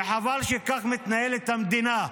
וחבל שכך מתנהלת המדינה.